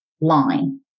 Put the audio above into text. Line